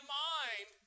mind